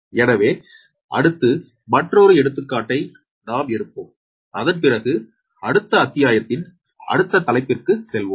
எனவே அடுத்து மற்றொரு எடுத்துக்காட்டை நாம் எடுப்போம் அதன் பிறகு அடுத்த அத்தியாயத்தின் அடுத்த தலைப்புக்கு செல்வோம்